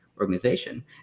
organization